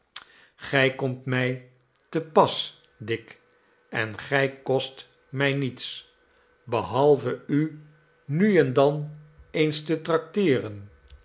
gij komt mij te pas dick en gij kost mij niets behalve u nu en dan eens te tracteeren